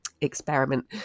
experiment